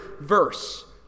verse